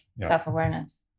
self-awareness